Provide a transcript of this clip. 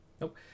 Nope